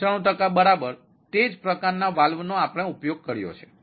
95 ટકા બરાબર તે જ પ્રકારના વાલ્વનો આપણે ઉપયોગ કર્યો છે